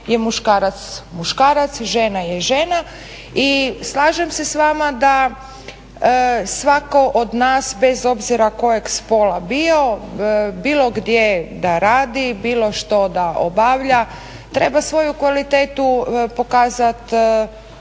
je muškarac muškarac, žena je žana. I slažem se s vama da svatko od nas bez obzira koje spola bio bilo gdje da radi bilo što da obavlja treba svoju kvalitetu pokazati